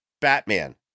Batman